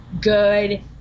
good